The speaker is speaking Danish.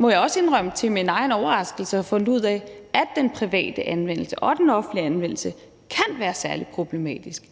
jeg også indrømme til min egen overraskelse – at vi har fundet ud af, at den private anvendelse og den offentlige anvendelse kan være særlig problematisk,